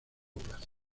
plazo